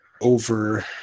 over